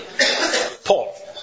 paul